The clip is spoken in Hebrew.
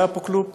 לא היה פה כלום.